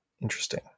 interesting